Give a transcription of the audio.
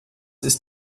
ist